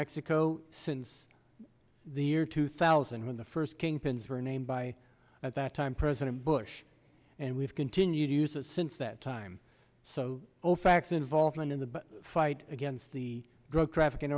mexico since the year two thousand when the first king pins were named by at that time president bush and we've continued use of since that time so ofac the involvement in the fight against the drug trafficking